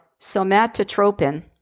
somatotropin